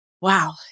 wow